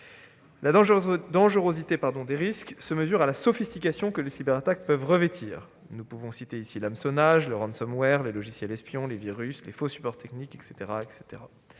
La dangerosité des risques se mesure à la sophistication que les cyberattaques peuvent revêtir. Je peux ici citer l'hameçonnage, le, les logiciels espions, les virus, les faux supports techniques, etc.